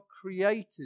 created